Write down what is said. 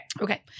Okay